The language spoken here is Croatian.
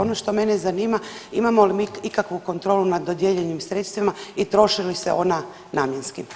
Ono što mene zanima imamo li mi ikakvu kontrolu nad dodijeljenim sredstvima i troše li se ona namjenski.